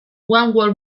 wall